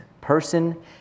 person